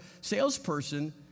salesperson